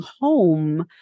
home